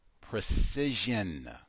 precision